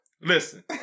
Listen